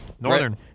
Northern